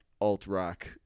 alt-rock